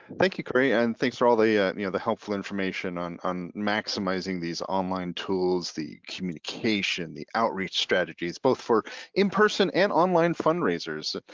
thank you, corey and thanks for all the yeah you know the helpful information on on maximizing these online tools, the communication, the outreach strategies, both for in-person and online fundraisers.